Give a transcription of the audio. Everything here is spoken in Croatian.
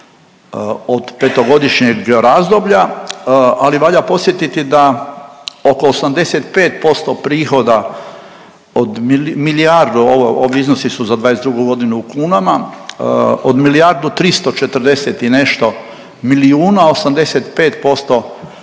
od petogodišnjeg razdoblja, ali valja podsjetiti da oko 85% prihoda od milijardu, ovi iznosi su za '22. g. u kunama, od milijardu 340 i nešto milijuna, 85% čine